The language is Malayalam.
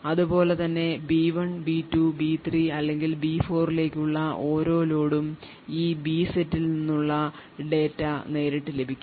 അതുപോലെ തന്നെ ബി 1 ബി 2 ബി 3 അല്ലെങ്കിൽ ബി 4 ലേക്കുള്ള ഓരോ ലോഡും ഈ ബി സെറ്റിൽ നിന്നുള്ള ഡാറ്റ നേരിട്ട് ലഭിക്കും